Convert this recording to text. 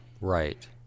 right